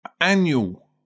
annual